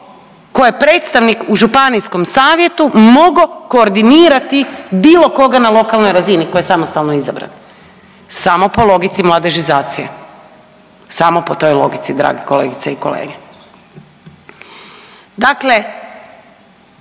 tko je predstavnik u županijskom savjetu mogao koordinirati bilo koga na lokalnoj razini tko je samostalno izabran? Samo po logici mladežizacije. Samo po toj logici, dragi kolegice i kolege. Dakle